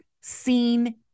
seen